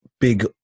Big